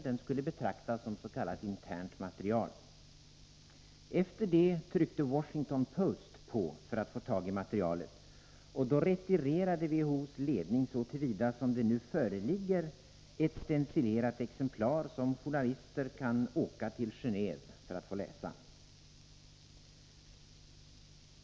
Den skulle betraktas som ss.k. internt material. Efter det tryckte Washington Post på för att få tag i materialet, och då retirerade WHO:s ledning så till vida som det nu föreligger ett stencilerat exemplar som journalister kan åka till Geneve för att få läsa.